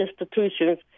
institutions